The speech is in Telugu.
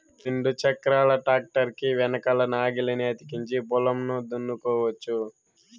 రెండు చక్రాల ట్రాక్టర్ కి వెనకల నాగలిని అతికించి పొలంను దున్నుకోవచ్చు